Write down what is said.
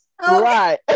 right